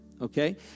Okay